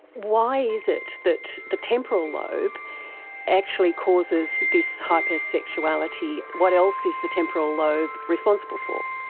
why is it that the temporal lobe actually causes this hypersexuality? what else is the temporal lobe responsible for?